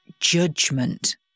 judgment